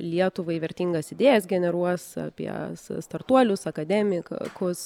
lietuvai vertingas idėjas generuos apie startuolius akademikus